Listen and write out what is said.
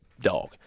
dog